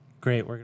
Great